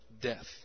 death